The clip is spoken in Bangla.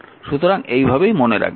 সুতরাং এই ভাবে মনে রাখবেন